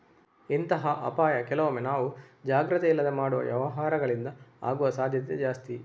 ಇಂತಹ ಅಪಾಯ ಕೆಲವೊಮ್ಮೆ ನಾವು ಜಾಗ್ರತೆ ಇಲ್ಲದೆ ಮಾಡುವ ವ್ಯವಹಾರಗಳಿಂದ ಆಗುವ ಸಾಧ್ಯತೆ ಜಾಸ್ತಿ